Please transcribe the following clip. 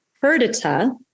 Perdita